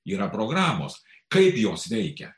yra programos kaip jos veikia